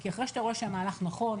כי אחרי שאתה רואה שהמהלך נכון,